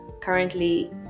currently